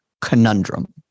conundrum